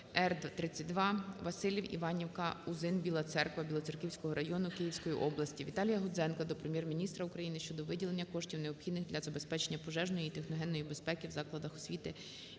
- Р 32 Василів-Іванівка-Узин-Біла Церква Білоцерківського району Київської області. ВіталіяГудзенка до Прем'єр-міністра України щодо виділення коштів необхідних для забезпечення пожежної і техногенної безпеки в закладах освіти